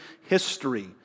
history